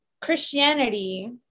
Christianity